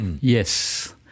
yes